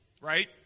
right